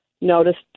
noticed